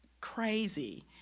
crazy